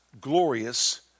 glorious